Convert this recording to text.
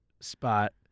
spot